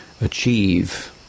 achieve